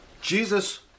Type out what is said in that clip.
Jesus